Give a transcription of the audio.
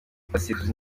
abasifuzi